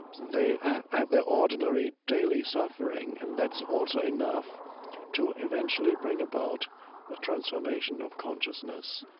they have their ordinary daily suffering, and that's also enough to eventually bring about a transformation of consciousness